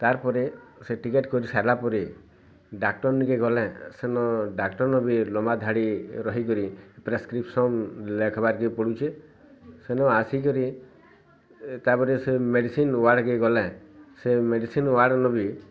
ତାର୍ ପରେ ସେ ଟିକେଟ୍ କରି ସାରିଲା ପରେ ଡାକ୍ତର ନିକେ ଗଲେ ସେନ ଡାକ୍ତର ବି ଲମ୍ୱା ଧାଡ଼ି ରହି କରି ପ୍ରେସ୍କ୍ରିପ୍ସନ୍ ଲେଖବାର୍ କେ ପଡ଼ୁଛେ ସେନୁ ଆସି କରି ତା'ପରେ ସେ ମେଡ଼ିସିନ୍ ୱାର୍ଡ଼କୁ ଗଲେ ସେ ମେଡ଼ିସିନ୍ ୱାର୍ଡ଼ ନୁ ବି